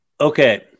Okay